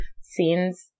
scenes